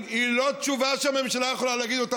הנושא הזה חשוב וצריך לשמר אותו מכול